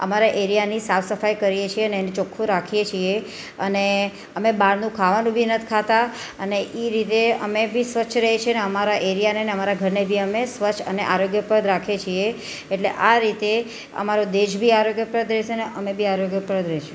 અમારા એરિયાની સાફ સફાઇ કરીએ છીએ ને એને ચોખ્ખો રાખીએ છીએ અને અમે બહારનું ખાવાનું બી નથી ખાતા અને એ રીતે અમે બી સ્વચ્છ રહીએ છીએ અને અમારા એરિયાને અને અમારા ઘરને બી અમે સ્વચ્છ અને આરોગ્યપ્રદ રાખીએ છીએ એટલે આ રીતે અમારો દેશ બી આરોગ્યપ્રદ રહેશે અને અમે બી આરોગ્યપ્રદ રહીશું